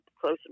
close